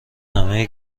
همه